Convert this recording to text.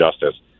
justice